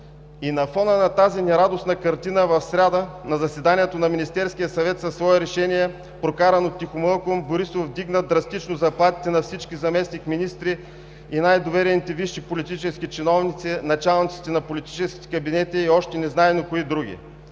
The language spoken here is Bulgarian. На фона на тази нерадостна картина в сряда, на заседанието на Министерския съвет със свое решение, прокарано тихомълком, Борисов вдигна драстично заплатите на всички заместник-министри и най-доверените висши политически чиновници, началниците на политическите кабинети и още незнайно кои други.